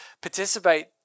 participate